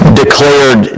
declared